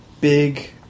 big